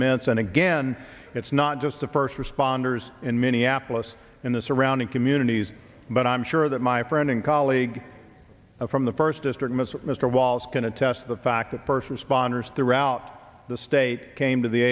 immense and again it's not just the first responders in minneapolis in the surrounding communities but i'm sure that my friend and colleague from the first district mr mr wallace can attest to the fact that person responders throughout the state came to the